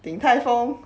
Din Tai Fung